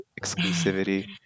exclusivity